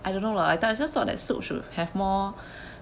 I don't know lah I tell you I thought soup should have more